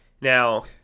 Now